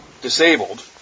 disabled